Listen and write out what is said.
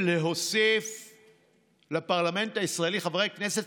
את עסקיהם בחודשים האחרונים והם נסגרו לצמיתות.